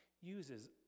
uses